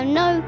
no